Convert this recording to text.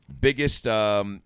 biggest –